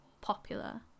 popular